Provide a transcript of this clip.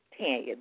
Tanya